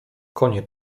konie